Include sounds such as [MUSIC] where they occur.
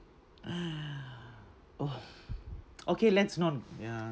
[NOISE] oh [NOISE] okay let's not ya